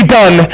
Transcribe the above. done